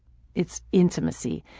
it's intimacy.